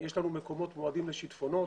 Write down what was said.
יש לנו מקומות מועדים לשיטפונות